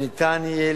שניתן יהיה,